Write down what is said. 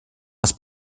aus